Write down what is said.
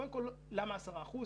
קודם כול, למה 10%?